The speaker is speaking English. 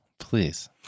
Please